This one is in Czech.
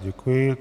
Děkuji.